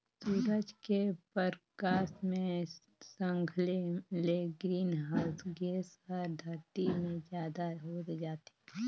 सूरज के परकास मे संघले ले ग्रीन हाऊस गेस हर धरती मे जादा होत जाथे